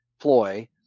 ploy